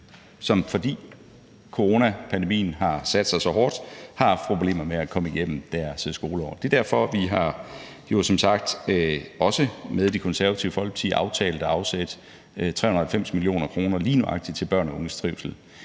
som, fordi coronapandemien har sat sig så hårdt, har problemer med at komme igennem deres skoleår. Det er derfor, vi jo som sagt også med Det Konservative Folkeparti har aftalt at afsætte 390 mio. kr. lige nøjagtig til børns og unges trivsel.